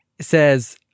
says